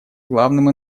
главным